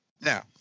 Now